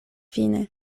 fine